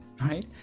right